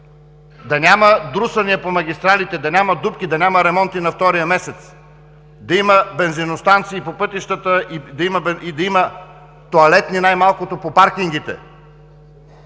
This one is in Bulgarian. Да няма друсания по магистралите, да няма дупки, да няма ремонти на втория месец, да има бензиностанции по пътищата, да има тоалетни най-малкото по паркингите,